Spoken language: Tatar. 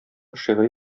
шигъри